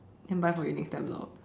can buy for you next time lor